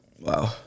Wow